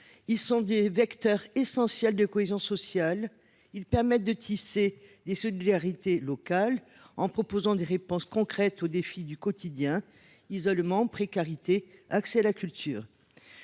sont des vecteurs essentiels de la cohésion sociale. Ils permettent de tisser un réseau de solidarités locales en proposant des réponses concrètes aux défis du quotidien : isolement, précarité, difficulté d’accès à la culture…